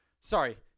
sorry